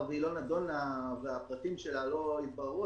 והיא לא נדונה והפרטים שלה לא התבררו,